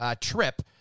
trip